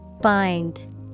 Bind